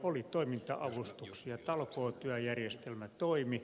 oli toiminta avustuksia talkootyöjärjestelmä toimi